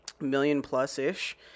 million-plus-ish